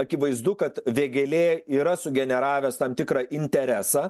akivaizdu kad vėgėlė yra sugeneravęs tam tikrą interesą